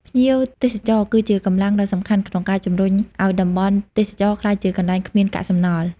ភ្ញៀវទេសចរគឺជាកម្លាំងដ៏សំខាន់ក្នុងការជំរុញឱ្យតំបន់ទេសចរណ៍ក្លាយជាកន្លែងគ្មានកាកសំណល់។